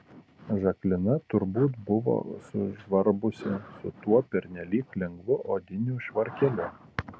žaklina turbūt buvo sužvarbusi su tuo pernelyg lengvu odiniu švarkeliu